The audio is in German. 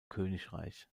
königreich